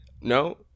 No